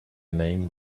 name